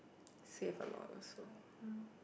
save a lot also